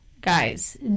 Guys